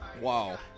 wow